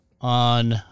on